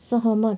सहमत